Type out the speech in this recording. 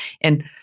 And-